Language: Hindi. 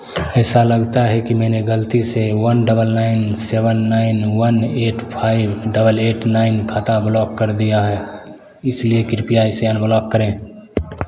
ऐसा लगता है कि मैंने गलती से one double nine seven nine one eight five double eight nine खाता ब्लॉक कर दिया है इसलिए कृपया इसे अनब्लॉक करें